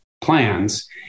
plans